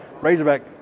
Razorback